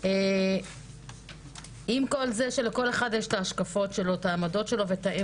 כי זאת נשיאת זכות לשאת כל אחד עם כל ההגבלות שיש וכל הקריטריונים